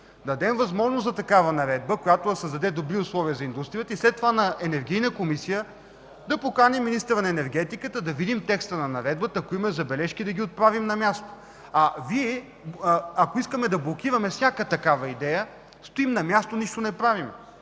дадем възможност за такава наредба, която да създаде добри условия за индустрията и след това на Енергийна комисия да поканим министъра на енергетиката, да видим текста на наредбата и ако има забележки да ги отправим на място. Ако искаме да блокираме всяка такава идея – стоим на място и нищо не правим.